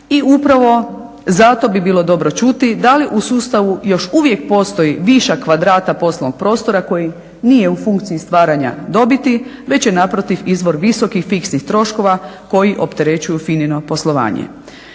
i upravo zato bi bilo dobro čuti da li u sustavu još uvijek postoji višak kvadrata poslovnog prostora koji nije u funkciji stvaranja dobiti već je naprotiv izvor visokih fiksnih troškova koji opterećuju FINA-ino poslovanje.